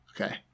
Okay